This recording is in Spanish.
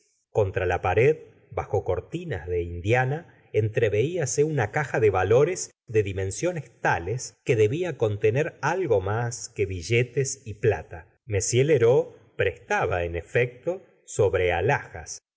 contra la pared bajo cortinas de indiana entreveíase una caja de valores de dimensiones tales que debía contener algo mús que billetes y plata m lheureux prestaba en efecto sobre alhajas